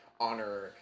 honor